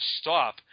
stop